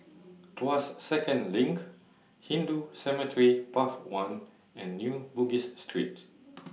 Tuas Second LINK Hindu Cemetery Path one and New Bugis Street